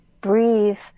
breathe